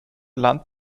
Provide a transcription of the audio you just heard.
land